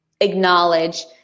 acknowledge